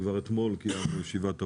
כבר אתמול קיימנו ישיבת עבודה,